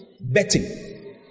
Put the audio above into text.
Betting